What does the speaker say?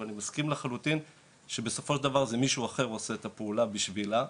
ואני מסכים לחלוטין שבסופו של דבר מישהו אחר עושה את הפעולות בשבילה,